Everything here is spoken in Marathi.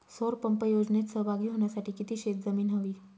सौर पंप योजनेत सहभागी होण्यासाठी किती शेत जमीन हवी?